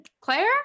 Claire